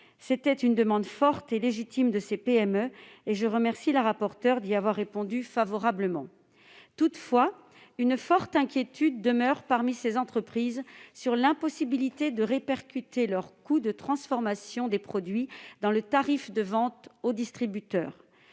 C'était une demande forte et légitime de ces PME ; je remercie Mme la rapporteure d'y avoir répondu favorablement. Toutefois, une forte inquiétude demeure parmi ces entreprises sur l'impossibilité de répercuter leurs coûts de transformation des produits dans le tarif de vente au distributeur.